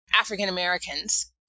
african-americans